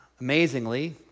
Amazingly